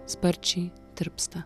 sparčiai tirpsta